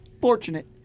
fortunate